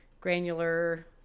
granular